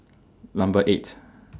Number eight